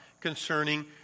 concerning